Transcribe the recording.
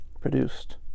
produced